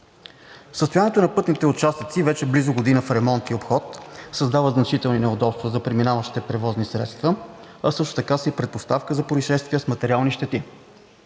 Състоянието на пътните участъци, вече близо година в ремонт и обход, създава значителни неудобства за преминаващите превозни средства, а също така е и предпоставка за произшествия с материални щети.